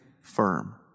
firm